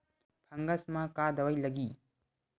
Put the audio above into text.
Fungus म का दवाई लगी?